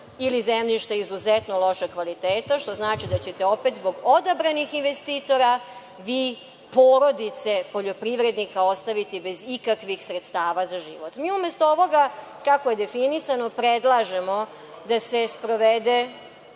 ili zemljište izuzetno lošeg kvaliteta, što znači da ćete opet zbog odabranih investitora vi porodice poljoprivrednika ostaviti bez ikakvih sredstava za život. Mi, umesto ovoga kako je definisano, predlažemo da se sprovede